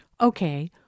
okay